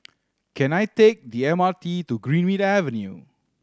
can I take the M R T to Greenmead Avenue